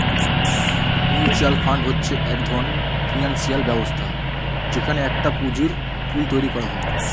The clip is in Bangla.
মিউচুয়াল ফান্ড হচ্ছে এক ধরণের ফিনান্সিয়াল ব্যবস্থা যেখানে একটা পুঁজির পুল তৈরী করা হয়